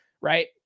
Right